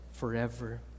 forever